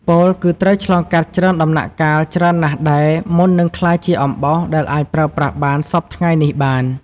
ពោលគឺត្រូវឆ្លងកាត់ច្រើនដំណាក់កាលច្រើនណាស់ដែរមុននឹងក្លាយជាអំបោសដែលអាចប្រើប្រាស់បានសព្វថ្ងៃនេះបាន។